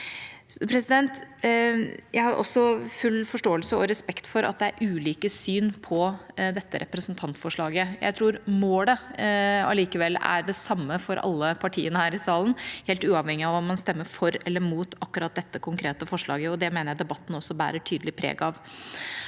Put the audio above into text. Jeg har også full forståelse og respekt for at det er ulike syn på dette representantforslaget. Jeg tror målet alli kevel er det samme for alle partiene her i salen, helt uavhengig av om man stemmer for eller imot akkurat dette konkrete forslaget, og det mener jeg debatten også bærer tydelig preg av.